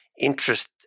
interest